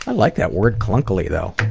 like that word clunkily, though.